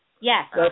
Yes